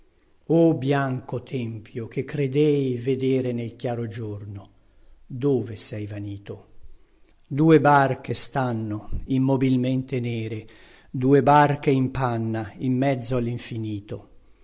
o bianco tempio che credei vedere nel chiaro giorno dove sei vanito due barche stanno immobilmente nere due barche in panna in mezzo allinfinito